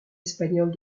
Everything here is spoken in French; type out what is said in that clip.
espagnols